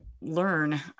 learn